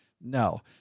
No